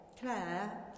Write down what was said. Claire